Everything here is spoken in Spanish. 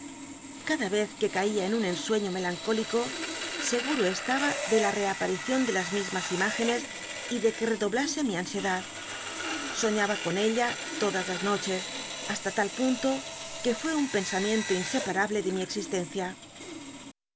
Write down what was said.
cada vez c uc caía en un cnsuci'ío melancólico seguro estaba de la reaparicion de las mismas imágenes y de uc l'c doblasc mi ansiedad soñaba con ella to jas las noches hasta tal punto que fuó un pensamiento inseparable de mi existencia